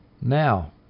Now